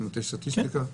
יש סטטיסטיקה?